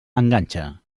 enganxa